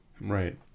right